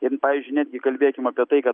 ir pavyzdžiui netgi kalbėkim apie tai kad